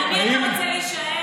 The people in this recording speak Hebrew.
על מי אתה רוצה להישען?